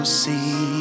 see